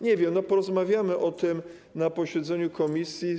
Nie wiem, porozmawiamy o tym na posiedzeniu komisji.